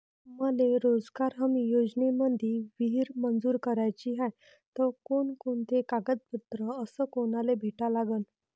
मले रोजगार हमी योजनेमंदी विहीर मंजूर कराची हाये त कोनकोनते कागदपत्र अस कोनाले भेटा लागन?